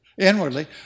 inwardly